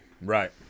right